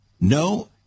No